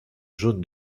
jaune